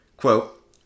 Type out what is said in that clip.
quote